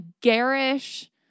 garish